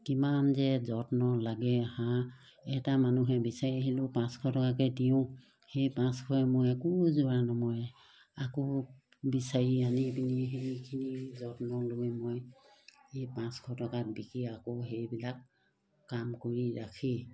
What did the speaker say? কিমান যে যত্ন লাগে হাঁহ এটা মানুহে বিচাৰি আহিলেও পাঁচশ টকাকৈ দিওঁ সেই পাঁচশই মই একো যোৰা নমৰে আকৌ বিচাৰি আনি পিনি সেইখিনি যত্ন লৈ মই এই পাঁচশ টকাত বিকি আকৌ সেইবিলাক কাম কৰি ৰাখি